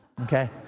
okay